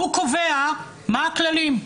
הוא קובע מה הכללים.